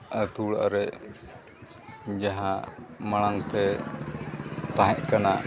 ᱟᱛᱳ ᱚᱲᱟᱜ ᱨᱮ ᱡᱟᱦᱟᱸ ᱢᱟᱲᱟᱝᱛᱮ ᱛᱟᱦᱮᱸᱜ ᱠᱟᱱᱟ